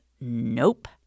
nope